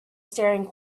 staring